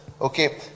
Okay